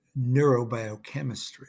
neurobiochemistry